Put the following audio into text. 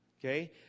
Okay